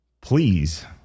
please